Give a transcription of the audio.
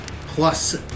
Plus